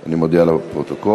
אני מודיע לפרוטוקול.